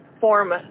form